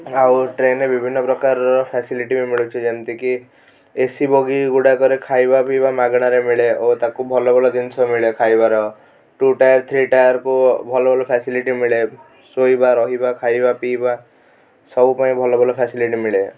ଆଉ ଟ୍ରେନ୍ରେ ବିଭିନ୍ନ ପ୍ରକାରର ଫ୍ୟାସିଲିଟି ବି ମିଳୁଛି ଯେମିତିକି ଏସି ବଗି ଗୁଡ଼ାକରେ ଖାଇବା ପିଇବା ମାଗଣାରେ ମିଳେ ଓ ତାକୁ ଭଲ ଭଲ ଜିନିଷ ମିଳେ ଖାଇବାର ଟୁ ଟାୟାର୍ ଥ୍ରୀ ଟାୟାର୍କୁ ଭଲ ଭଲ ଫ୍ୟାସିଲିଟି ମିଳେ ଶୋଇବା ରହିବା ଖାଇବା ପିଇବା ସବୁ ପାଇଁ ଭଲ ଭଲ ଫ୍ୟାସିଲିଟି ମିଳେ